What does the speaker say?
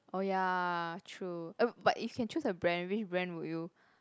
oh ya true but if can choose a brand which brand would you